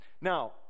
Now